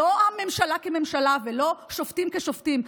לא הממשלה כממשלה ולא שופטים כשופטים.